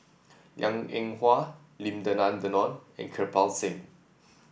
Liang Eng Hwa Lim Denan Denon and Kirpal Singh